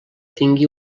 tingui